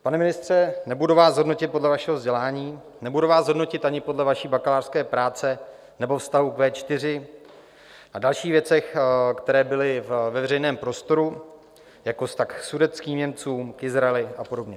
Pane ministře, nebudu vás hodnotit podle vašeho vzdělání, nebudu vás hodnotit ani podle vaší bakalářské práce nebo vztahu k V4 a dalších věcí, které byly ve veřejném prostoru, jako vztah k sudetským Němcům, k Izraeli a podobně.